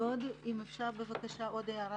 אבל חשוב מאוד להסתכל קדימה כמו שאמרו פה אחרים.